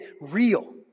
real